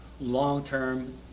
long-term